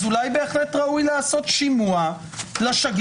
אז אולי בהחלט ראוי לעשות שימוע לשגרירים,